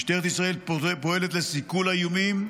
משטרת ישראל פועלת לסיכול האיומים.